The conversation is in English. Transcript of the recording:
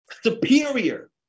superior